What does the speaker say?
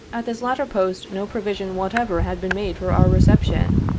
at this latter post no provision what ever had been made for our reception,